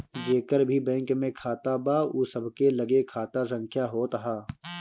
जेकर भी बैंक में खाता बा उ सबके लगे खाता संख्या होत हअ